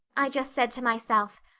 i just said to myself,